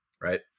Right